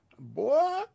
Boy